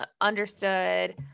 understood